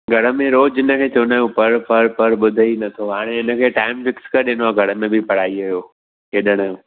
घर में रोज़ु हिनखे चवंदा आहियूं पढ़ पढ़ पढ़ ॿुधेई नथो हाणे हिनखे टाइम फिक्स करे ॾिनो आहे घर में बि पढ़ाईअ जो खेॾण जो